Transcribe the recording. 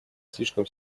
слишком